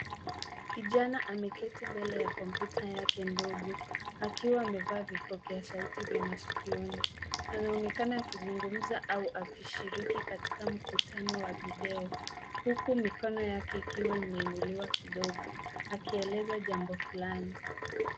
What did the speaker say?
Kijana ameketi mbele ya kompyuta yake ndogo akiwa amevaa vipokea sauti vya masikioni. Anaonekana akizungumza au akishiriki katika mkutano wa video huku mikono yake ikiwa imeinuliwa kidogo akieleza jambo fulani.